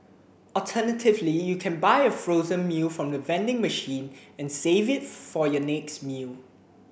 alternatively you can buy a frozen meal from the vending machine and save it for your next meal